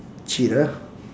cheat ah